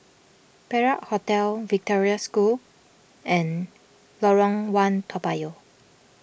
Perak Hotel Victoria School and Lorong one Toa Payoh